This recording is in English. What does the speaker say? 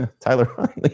Tyler